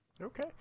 Okay